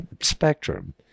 spectrum